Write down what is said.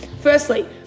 Firstly